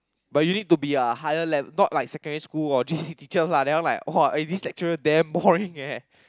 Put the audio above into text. but you need to be a higher level not like secondary school or J_C teacher lah that one like !wah! eh this lecturer damn boring eh